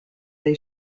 they